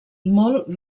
molt